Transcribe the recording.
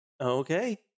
Okay